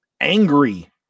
angry